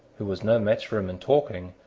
who was no match for him in talking,